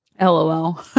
LOL